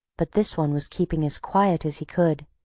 but this one was keeping as quiet as he could.